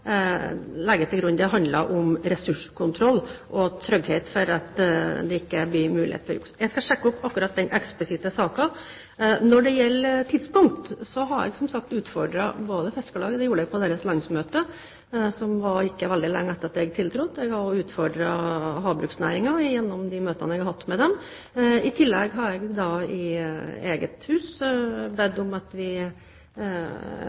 trygghet for at det ikke blir mulighet for juks. Jeg skal sjekke akkurat den eksplisitte saken. Når det gjelder tidspunkt, har jeg som sagt utfordret både Fiskarlaget – det gjorde jeg på deres landsmøte ikke veldig lenge etter at jeg tiltrådte – og havbruksnæringen gjennom de møtene jeg har hatt med dem. I tillegg har jeg bedt om at vi intensiverer dette arbeidet i eget hus,